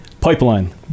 Pipeline